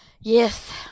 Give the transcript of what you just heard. Yes